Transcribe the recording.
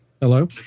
Hello